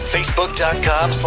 Facebook.com